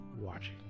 watching